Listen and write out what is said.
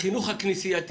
החינוך הכנסייתי.